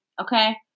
Okay